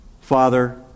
Father